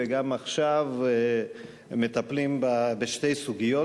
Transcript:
וגם עכשיו הם מטפלים בשתי סוגיות,